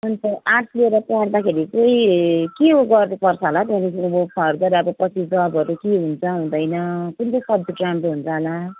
अन्त आर्ट्स लिएर पढ्दाखेरि चाहिँ के उयो गर्नुपर्छ होला है फर्दर अब पछि जबहरू के हुन्छ हुँदैन कुन चाहिँ सब्जेक्ट राम्रो हुन्छ होला